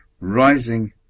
rising